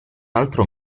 altro